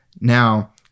Now